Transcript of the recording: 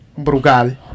Brugal